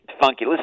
funky